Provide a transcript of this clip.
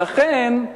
ולכן,